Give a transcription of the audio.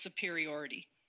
superiority